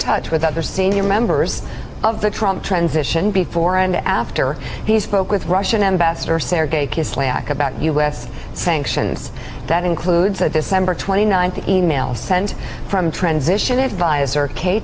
touch with other senior members of the transition before and after he spoke with russian ambassador sergei kislyak about u s sanctions that includes a december twenty ninth e mail sent from transition adviser k